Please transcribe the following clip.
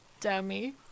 dummy